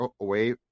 away